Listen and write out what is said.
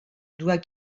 doit